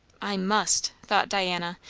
i must, thought diana,